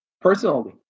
personally